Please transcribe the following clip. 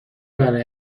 برای